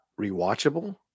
rewatchable